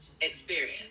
experience